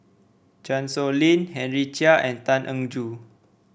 Chan Sow Lin Henry Chia and Tan Eng Joo